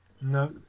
No